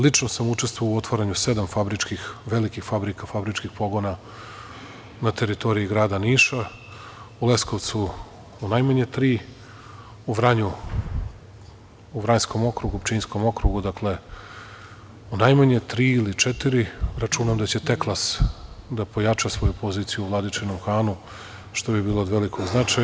Lično sam učestvovao u otvaranju sedam fabričkih, velikih fabrika, fabričkih pogona na teritoriji grada Niša, u Leskovcu najmanje tri, u Vranju, Vranjskom okrugu, Pčinjskom okrugu, dakle, u najmanje tri ili četiri, računam da će „Teklas“ da pojača svoju poziciju u Vladičinom Hanu, što bi bilo od velikog značaja.